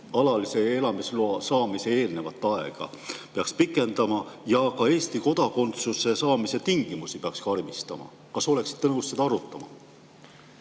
alalise elamisloa saamisele eelnevat aega peaks pikendama ja ka Eesti kodakondsuse saamise tingimusi peaks karmistama? Kas te oleksite nõus seda arutama?